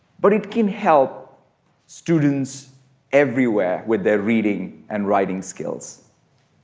but it can help students everywhere with their reading and writing skills.